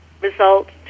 results